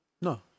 No